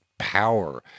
power